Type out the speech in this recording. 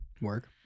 Work